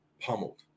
pummeled